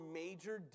major